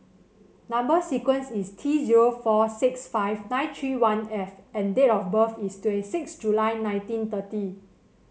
number sequence is T zero four six five nine three one F and date of birth is twenty six July nineteen thirty